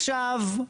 עכשיו,